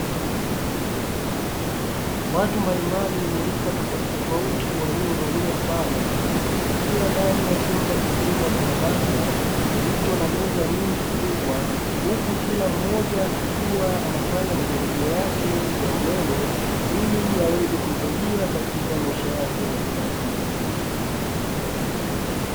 Watu mbalimbali wenye rika tofauti tofauti waliovalia sare, wakiwa ndani ya chumba kikubwa cha darasa, kilicho na meza nyingi kubwa, huku kila mmoja akiwa anafanya majaribio yake ya umeme, ili yaweze kumsaidia katika maisha yake ya kila siku.